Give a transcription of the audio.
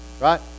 right